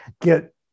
get